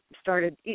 started